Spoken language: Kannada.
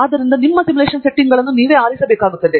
ಆದ್ದರಿಂದ ನಿಮ್ಮ ಸಿಮ್ಯುಲೇಶನ್ ಸೆಟ್ಟಿಂಗ್ಗಳನ್ನು ನೀವು ಆರಿಸಬೇಕಾಗುತ್ತದೆ